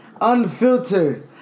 unfiltered